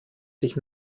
sich